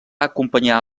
acompanyar